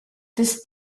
this